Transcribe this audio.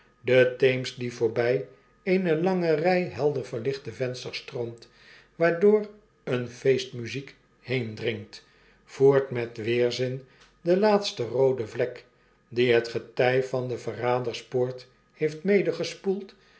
de theems die voorbij eene lange rij heider verlichte vensters stroomt waardoor eene feestmuziek heendringt voert met weerzin de laatste roode vlek die het getjj van de verraderspoort heeft